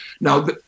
Now